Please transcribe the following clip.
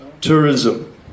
tourism